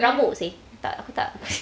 berhabuk seh tak tak aku tak